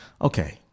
Okay